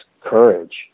courage